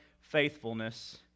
faithfulness